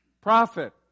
prophet